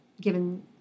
given